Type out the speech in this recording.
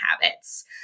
habits